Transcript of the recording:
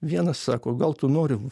vienas sako gal tu nori